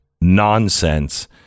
nonsense